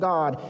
God